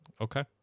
Okay